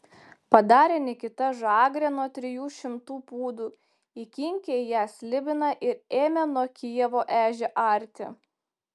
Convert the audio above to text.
padarė nikita žagrę nuo trijų šimtų pūdų įkinkė į ją slibiną ir ėmė nuo kijevo ežią arti